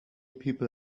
people